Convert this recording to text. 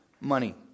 money